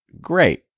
great